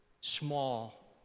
small